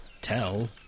tell